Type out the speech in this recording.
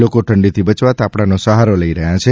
લોકો ઠંડીથી બચવા તાપણાનો સહારો લઈ રહ્યા છે